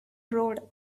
road